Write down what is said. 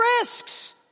risks